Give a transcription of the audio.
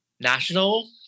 national